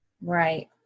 Right